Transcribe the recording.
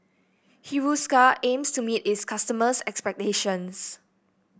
Hiruscar aims to meet its customers' expectations